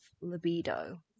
libido